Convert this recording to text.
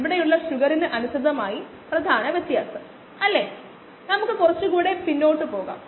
ഇവിടെയുള്ള പ്രയോജനം ഇത് ഒരു പ്രത്യേക കേസായി ഞാൻ സംസാരിക്കട്ടെ അതുവഴി നമുക്ക് അതിന്റെ ഗുണം മനസ്സിലാകും